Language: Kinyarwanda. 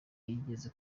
yigeze